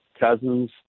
cousins